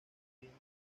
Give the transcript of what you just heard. anidan